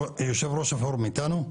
יושב ראש הפורום איתנו?